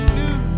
new